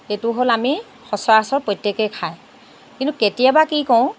এইটো হ'ল আমি সচৰাচৰ প্ৰত্যেকেই খায় কিন্তু কেতিয়াবা কি কৰোঁ